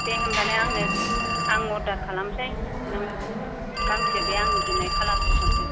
दे होमबालाय आंनो आं अरदार खालामसै नों गांसे बे आं बिनाय खालारखौ हरदो